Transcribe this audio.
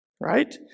right